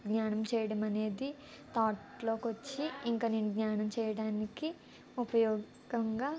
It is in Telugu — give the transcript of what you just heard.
ధ్యానం చేయడం అనేది థాట్లోవచ్చి ఇంకా నేను ధ్యానం చేయడానికి ఉపయోగంగా